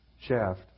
shaft